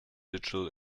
digital